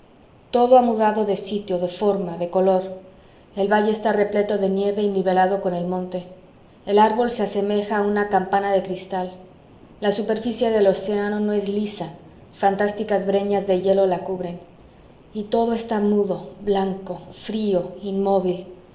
todo ha mudado de sitio de forma de color el valle está repleto de nieve y nivelado con el monte el árbol se asemeja a una campana de cristal la superficie del océano no es lisa fantásticas breñas de hielo la cubren y todo está mudo blanco frió inmóvil